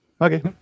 Okay